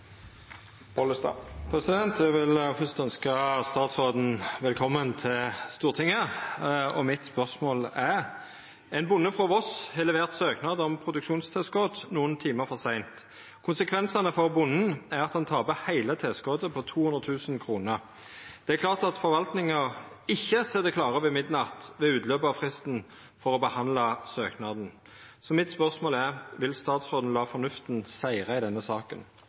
har levert søknad om produksjonstilskot nokre timar for seint. Konsekvensen for bonden er at han taper heile tilskotet på 200 000 kroner. Det er klart at forvaltinga ikkje sit klare ved midnatt ved utløp av fristen for å handsame søknadane. Vil statsråden la fornufta sigre i denne saka?»